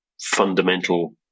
fundamental